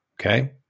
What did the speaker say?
Okay